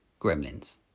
Gremlins